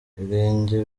ibirenge